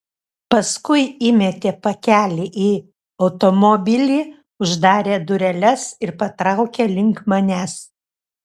paskui įmetė pakelį į automobilį uždarė dureles ir patraukė link manęs